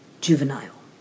Juvenile